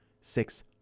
six